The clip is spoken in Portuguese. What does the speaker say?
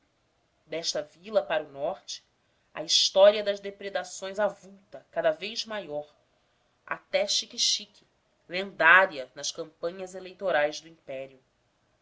desta vila para o norte a história das depredações avulta cada vez maior até xiquexique lendária nas campanhas eleitorais do império